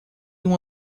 uma